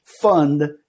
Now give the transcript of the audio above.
fund